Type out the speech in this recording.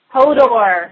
Hodor